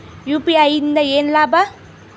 UPI ಇಂದ ಏನ್ ಲಾಭ?